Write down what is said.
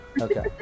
okay